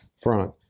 front